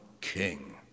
King